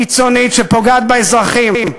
שפוגעת באזרחים.